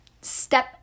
Step